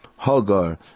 Hogar